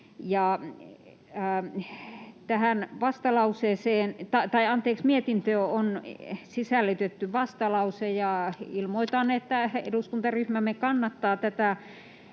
tähän mietintöön on sisällytetty vastalause, ja ilmoitan, että eduskuntaryhmämme kannattaa tätä